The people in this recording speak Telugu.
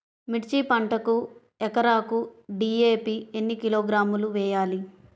మిర్చి పంటకు ఎకరాకు డీ.ఏ.పీ ఎన్ని కిలోగ్రాములు వేయాలి?